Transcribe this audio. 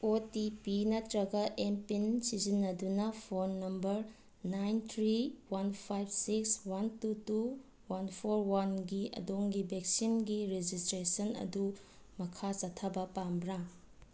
ꯑꯣ T P ꯅꯠꯇ꯭ꯔꯒ M PIN ꯁꯤꯖꯤꯟꯅꯗꯨꯅ phone number nine three one five six one two two one four ꯋꯥꯟꯒꯤ ꯑꯗꯣꯝꯒꯤ ꯕꯦꯛꯁꯤꯟꯒꯤ ꯔꯦꯖꯤꯁꯇ꯭ꯔꯦꯁꯟ ꯑꯗꯨ ꯃꯈꯥ ꯆꯠꯊꯕ ꯄꯥꯝꯕ꯭ꯔꯥ